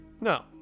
No